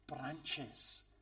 branches